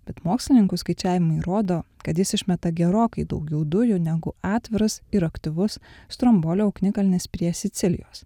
bet mokslininkų skaičiavimai rodo kad jis išmeta gerokai daugiau dujų negu atviras ir aktyvus strombolio ugnikalnis prie sicilijos